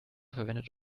verwendet